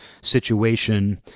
situation